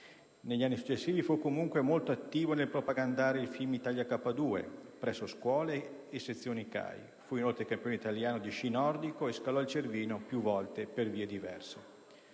Negli anni successivi fu comunque molto attivo nel propagandare tale film presso scuole e sezioni CAI. Fu inoltre campione italiano di sci nordico e scalò il Cervino più volte per vie diverse.